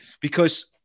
Because-